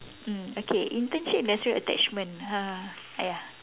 mm okay internship industrial attachment ah !aiya!